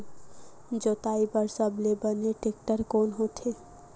जोताई बर सबले बने टेक्टर कोन हरे?